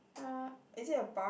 uh is it a bark